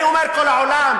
אני אומר כל העולם,